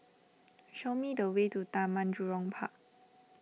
show me the way to Taman Jurong Park